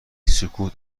سکوت